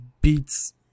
beats